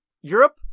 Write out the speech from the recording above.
Europe